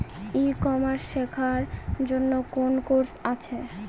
ই commerce শেক্ষার জন্য কোন কোর্স আছে?